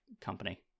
company